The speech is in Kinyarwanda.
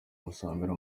musambira